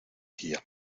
guía